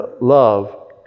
love